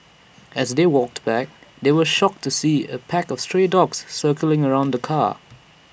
as they walked back they were shocked to see A pack of stray dogs circling around the car